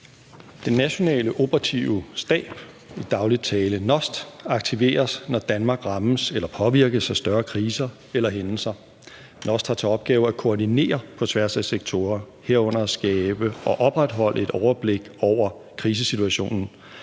Den Nationale Operative Stab, i daglig tale NOST, aktiveres, når Danmark rammes eller påvirkes af større kriser eller hændelser. NOST har til opgave at koordinere på tværs af sektorer, herunder at skabe og opretholde et overblik over krisesituationen.